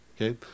Okay